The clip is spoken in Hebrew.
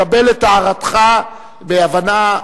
מקבל את הערתך בהבנה.